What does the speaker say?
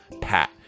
pat